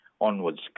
onwards